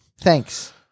Thanks